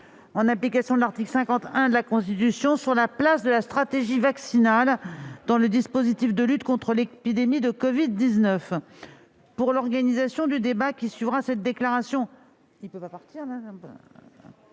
en application de l'article 50-1 de la Constitution, sur la place de la stratégie vaccinale dans le dispositif de lutte contre l'épidémie de covid-19. Pour l'organisation du débat qui suivra cette déclaration, un temps de parole